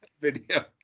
video